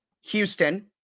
Houston